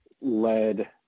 led –